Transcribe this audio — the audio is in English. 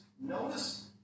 notice